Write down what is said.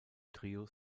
trio